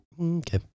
Okay